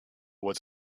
was